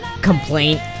complaint